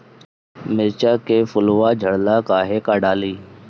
मिरचा के फुलवा झड़ता काहे का डाली?